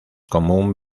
común